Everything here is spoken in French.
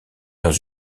dans